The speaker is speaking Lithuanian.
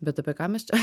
bet apie ką mes čia